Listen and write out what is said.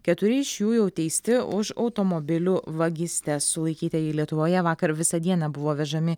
keturi iš jų jau teisti už automobilių vagystes sulaikytieji lietuvoje vakar visą dieną buvo vežami